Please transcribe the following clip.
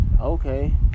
Okay